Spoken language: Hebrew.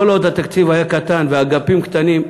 כל עוד התקציב היה קטן והאגפים קטנים,